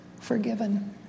forgiven